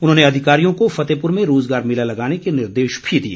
उन्होंने अधिकारियों को फतेहपुर में रोज़गार मेला लगाने के निर्देश दिए